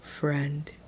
friend